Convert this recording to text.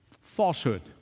falsehood